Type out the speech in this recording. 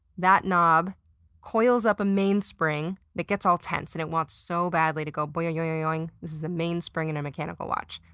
that knob coils up a mainspring that gets all tense and it wants so badly to go boinnnng-oinggg-oinggg. this is the mainspring in a mechanical watch.